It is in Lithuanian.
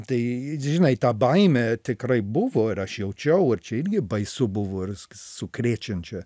tai žinai ta baimė tikrai buvo ir aš jaučiau ir čia irgi baisu buvo ir s sukrėčiančia